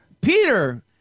Peter